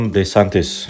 DeSantis